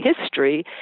history